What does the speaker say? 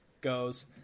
goes